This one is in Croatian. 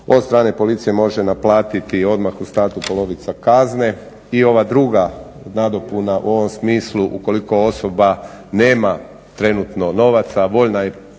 od strane policije može naplatiti odmah u startu polovica kazne. I ova druga nadopuna u ovom smislu ukoliko osoba nema trenutno novaca, a voljna je